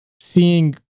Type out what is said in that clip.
Seeing